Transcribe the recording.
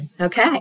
Okay